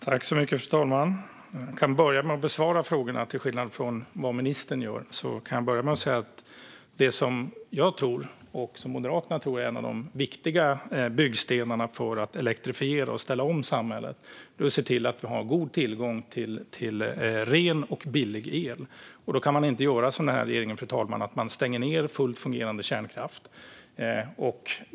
Fru talman! Jag kan börja med att, till skillnad från ministern, besvara frågorna. Det som jag och Moderaterna tror är en av de viktiga byggstenarna för att elektrifiera och ställa om samhället är att se till att vi har god tillgång till ren och billig el. Då kan vi inte göra som den här regeringen och stänga ned fullt fungerande kärnkraftverk.